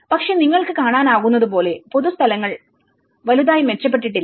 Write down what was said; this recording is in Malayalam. പക്ഷെ നിങ്ങൾക്ക് കാണാനാകുന്നതുപോലെ പൊതു സ്ഥലങ്ങൾ വലുതായി മെച്ചപ്പെട്ടില്ല